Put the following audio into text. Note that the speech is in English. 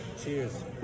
cheers